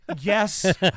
Yes